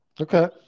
Okay